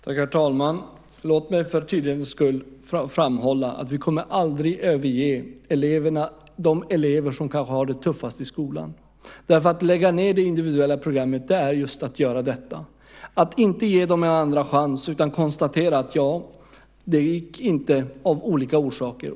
Herr talman! Låt mig för tydlighetens skull framhålla att vi aldrig kommer att överge de elever som har det tuffast i skolan. Att lägga ned det individuella programmet är just att göra detta, att inte ge dem en andra chans utan konstatera att det inte gick av olika orsaker.